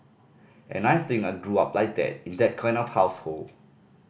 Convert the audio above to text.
and I think I grew up like that in that kind of household